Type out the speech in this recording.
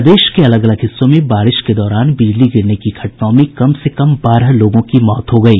प्रदेश के अलग अलग हिस्सों में बारिश के दौरान बिजली गिरने की घटनाओं में कम से कम बारह लोगों की मौत हो गयी